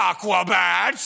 Aquabats